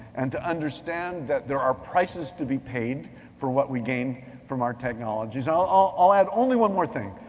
and to understand that there are prices to be paid for what we gain from our technologies. and ah i'll add only one more thing.